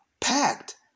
packed